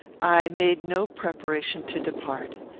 i made no preparation to depart.